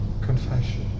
confession